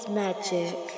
magic